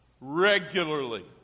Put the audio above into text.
regularly